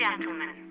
Gentlemen